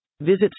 Visit